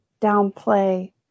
downplay